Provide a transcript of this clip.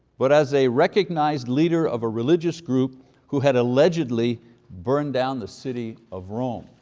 but as a recognized leader of a religious group who had allegedly burned down the city of rome.